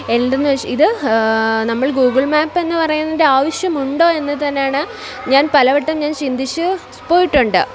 ഇത് നമ്മൾ ഗൂഗിൾ മാപ്പെന്ന് പറയുന്നതിൻ്റെ ആവശ്യമുണ്ടോ എന്ന് തന്നെയാണ് ഞാൻ പലവട്ടം ഞാൻ ചിന്തിച്ചു പോയിട്ടുണ്ട്